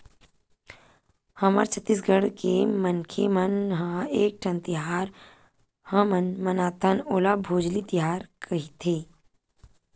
हमर छत्तीसगढ़ के मनखे मन ह एकठन तिहार हमन मनाथन ओला भोजली तिहार कइथे